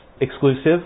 exclusive